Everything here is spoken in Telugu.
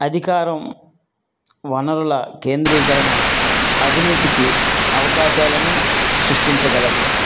అధికారం వనరుల కేంద్రీకరణ అవినీతికి అవకాశాలను సృష్టించగలదు